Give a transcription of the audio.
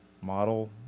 model